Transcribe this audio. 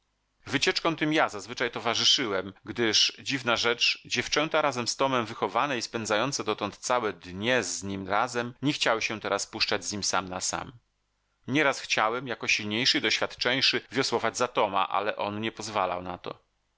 wycieczkom tym ja zazwyczaj towarzyszyłem gdyż dziwna rzecz dziewczęta razem z tomem wychowane i spędzające dotąd całe dnie z nim razem nie chciały się teraz puszczać z nim sam na sam nieraz chciałem jako silniejszy i doświadczeńszy wiosłować za toma ale on nie pozwalał na to